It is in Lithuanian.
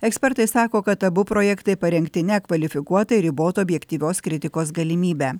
ekspertai sako kad abu projektai parengti nekvalifikuotai ribotų objektyvios kritikos galimybę